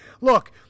Look